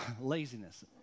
Laziness